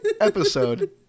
episode